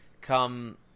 come